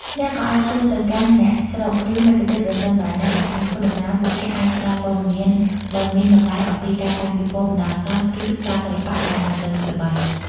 អ្នកក៏អាចសួរទៅកាន់អ្នកស្រុក ឬមគ្គុទ្ទេសក៍ ប្រសិនបើអ្នកកំពុងធ្វើដំណើរ ពួកគេអាចផ្តល់ព័ត៌មានដ៏មានតម្លៃអំពីការតាំងពិពណ៌បណ្តោះអាសន្ន ឬសាលសិល្បៈដែលមិនសូវល្បី។